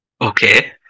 Okay